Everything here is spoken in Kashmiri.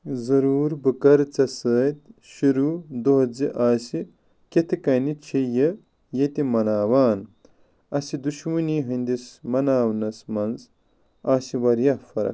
ضروٗر بہٕ کرٕ ژےٚ سۭتۍ شروع دۄہ زِ آسہِ کِتھ کٔنۍ چھِ یہِ ییٚتہِ مناوان اسہِ دۄشوٕنی ہِنٛدِس مناونَس مَنٛز آسہِ واریاہ فرق